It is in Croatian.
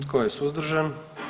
Tko je suzdržan?